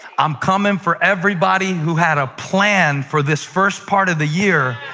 i'm coming for everybody who had a plan for this first part of the year,